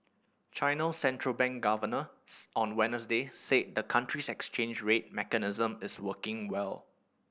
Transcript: China central bank governors on Wednesday said the country's exchange rate mechanism is working well